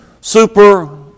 super